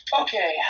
Okay